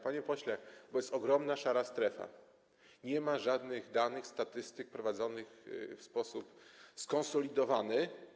Panie pośle, bo jest ogromna szara strefa, nie ma żadnych danych, statystyk prowadzonych w sposób skonsolidowany.